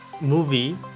movie